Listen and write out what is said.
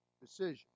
decision